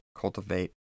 cultivate